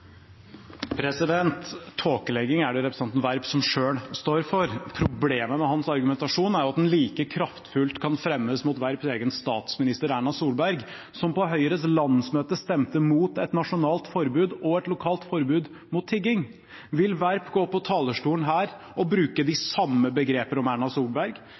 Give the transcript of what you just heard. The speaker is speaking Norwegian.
Tåkelegging er det representanten Werp selv som står for. Problemet med hans argumentasjon er at den like kraftfullt kan fremmes mot Werps egen statsminister, Erna Solberg, som på Høyres landsmøte stemte mot et nasjonalt forbud og et lokalt forbud mot tigging. Vil Werp gå opp på talerstolen her og bruke de samme begreper om Erna Solberg?